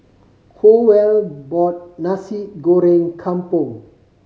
Howell bought Nasi Goreng Kampung